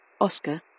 oscar